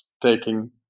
taking